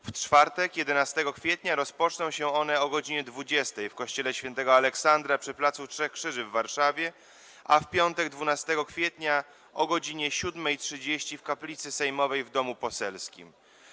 W czwartek 11 kwietnia rozpoczną się one o godz. 20 w kościele św. Aleksandra przy placu Trzech Krzyży w Warszawie, a w piątek 12 kwietnia - o godz. 7.30 w kaplicy sejmowej w Domu Poselskim.